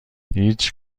هیچ